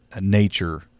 nature